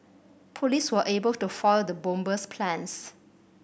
police were able to foil the bomber's plans